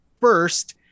first